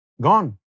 Gone